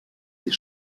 des